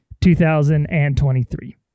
2023